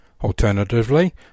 Alternatively